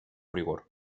rigor